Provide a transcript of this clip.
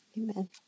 Amen